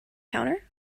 counter